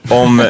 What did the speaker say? om